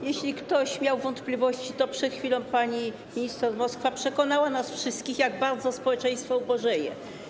Jeśli ktoś miał wątpliwości, to przed chwilą pani minister Moskwa, podając liczby, przekonała nas wszystkich, jak bardzo społeczeństwo ubożeje.